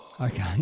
Okay